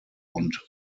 und